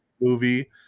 movie